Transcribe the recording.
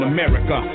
America